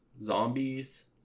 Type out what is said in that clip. Zombies